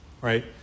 Right